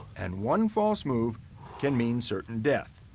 and one false move can mean certain death.